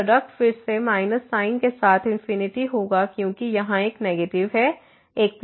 तो प्रोडक्ट फिर से माइनस साइन के साथ इनफिनिटी होगा क्योंकि यहां एक नेगेटिव है एक प्लस है